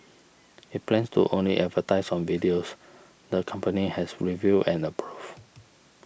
it plans to only advertise on videos the company has reviewed and approved